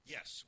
Yes